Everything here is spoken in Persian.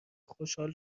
خوشحال